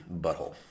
butthole